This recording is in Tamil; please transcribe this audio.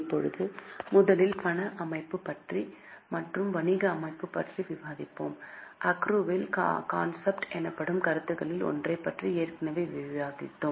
இப்போது முதலில் பண அமைப்பு மற்றும் வணிக அமைப்பு பற்றி விவாதிப்போம் அக்ரூவல் கான்செப்ட் எனப்படும் கருத்துகளில் ஒன்றைப் பற்றி ஏற்கனவே விவாதித்தோம்